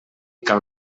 cal